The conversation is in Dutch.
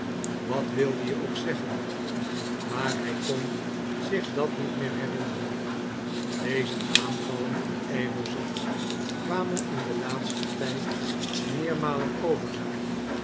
wat wilde je ook zeggen maar hij kon zich dat niet meer herinneren deze aanvallen van ijverzucht kwamen in den laatsten tijd meermalen over haar